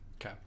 Okay